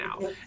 now